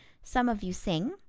some of you sing.